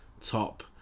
top